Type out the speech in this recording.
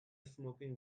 smoking